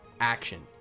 action